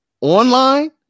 online